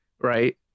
right